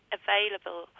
available